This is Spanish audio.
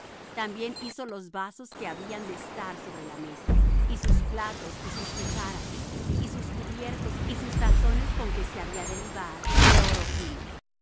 también hizo los vasos que habían de estar sobre la mesa sus platos y sus cucharas y sus cubiertos y sus tazones con que se había de libar de oro fino